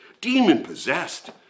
demon-possessed